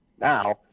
Now